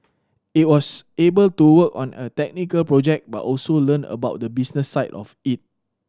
it was able to work on a technical project but also learn about the business side of it